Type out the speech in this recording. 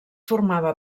formava